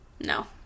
No